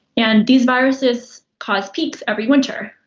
and these viruses cause peaks every winter.